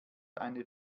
eine